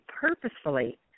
purposefully